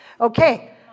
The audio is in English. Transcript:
Okay